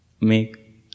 make